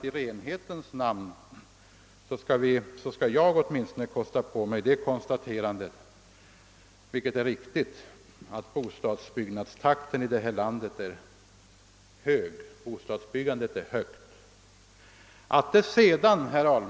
I renhetens namn skall åtminstone jag kosta på mig att konstatera att bostadsbyggandet är högt i detta land.